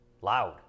loud